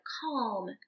calm